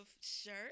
shirt